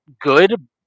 good